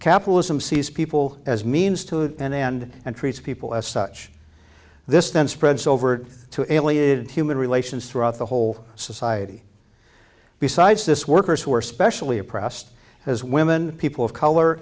capitalism sees people as means to an end and treats people as such this then spreads over to alienated human relations throughout the whole society besides this workers who are specially oppressed as women people of color